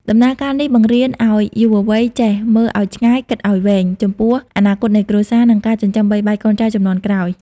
ដំណើរការនេះបង្រៀនឱ្យយុវវ័យចេះ "មើលឱ្យឆ្ងាយ គិតឱ្យវែង" ចំពោះអនាគតនៃគ្រួសារ និងការចិញ្ចឹមបីបាច់កូនចៅជំនាន់ក្រោយ។